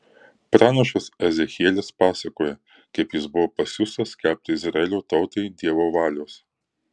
pranašas ezechielis pasakoja kaip jis buvo pasiųstas skelbti izraelio tautai dievo valios